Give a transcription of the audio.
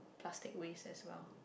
plastic waste as well